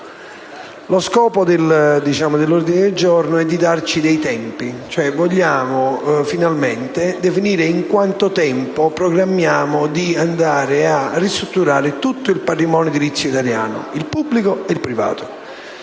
Scopo dell'ordine del giorno è darci dei tempi. Vogliamo finalmente definire in quanto tempo programmiamo di ristrutturare tutto il patrimonio edilizio italiano, pubblico e privato.